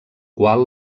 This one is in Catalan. qual